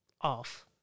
off